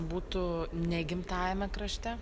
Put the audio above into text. būtų ne gimtajame krašte